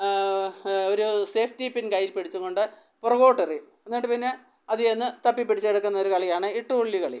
ഒരു safety pin കയ്യിൽ പിടിച്ചുകൊണ്ട് പുറകോട്ടെറിയും എന്നിട്ട് പിന്നെ അത് ചെന്ന് തപ്പി പിടിച്ചെടുക്കുന്നൊരു കളിയാണ് ഇട്ടുകൊള്ളി കളി